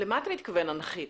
למה אתה מתכוון אנכית?